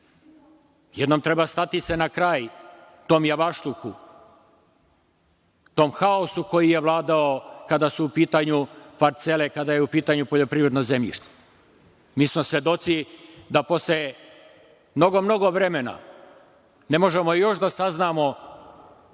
Jednom treba stati se na kraj tom javašluku, tom haosu koji je vladao kada su u pitanju parcele, kada je u pitanju poljoprivredno zemljište. Mi smo svedoci da posle mnogo, mnogo vremena ne možemo još da saznamo,